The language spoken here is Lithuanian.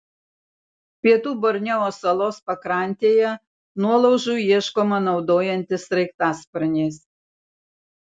pietų borneo salos pakrantėje nuolaužų ieškoma naudojantis sraigtasparniais